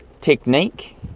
technique